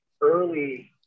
early